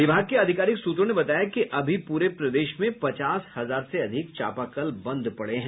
विभाग के आधिकारिक सूत्रों ने बताया कि अभी पूरे प्रदेश में पचास हजार से अधिक चापाकल बंद पड़े हैं